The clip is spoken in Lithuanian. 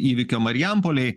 įvykio marijampolėj